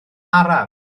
araf